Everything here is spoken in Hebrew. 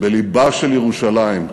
בלבה של ירושלים,